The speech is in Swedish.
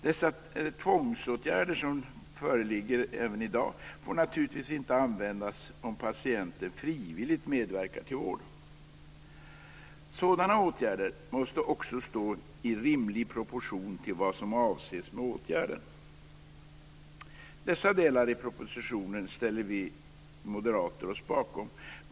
Dessa tvångsåtgärder som föreligger även i dag får naturligtvis inte användas om patienten frivilligt medverkar till vård. Sådana åtgärder måste också stå i rimlig proportion till vad som avses med åtgärden i fråga. Dessa delar i propositionen ställer vi moderater oss bakom.